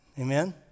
Amen